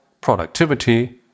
productivity